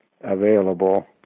available